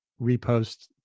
repost